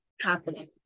happening